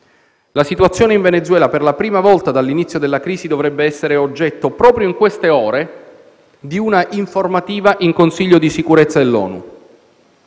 La situazione in Venezuela, per la prima volta dall'inizio della crisi, dovrebbe essere oggetto, proprio in queste ore, di una informativa in Consiglio di sicurezza dell'ONU.